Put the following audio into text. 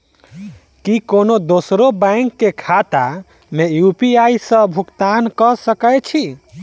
की कोनो दोसरो बैंक कऽ खाता मे यु.पी.आई सऽ भुगतान कऽ सकय छी?